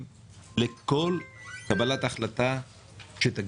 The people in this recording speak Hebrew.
ובביטוח הלאומי ערוכים לכל החלטה שתתקבל.